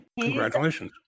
Congratulations